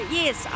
yes